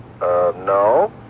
no